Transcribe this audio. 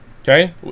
Okay